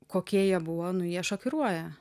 kokie jie buvo nu jie šokiruoja